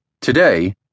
Today